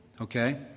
Okay